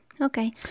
Okay